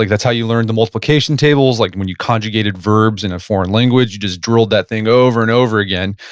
like that's how you learn the multiplication tables, like when you conjugated verbs in a foreign language, you just drilled that thing over and over again.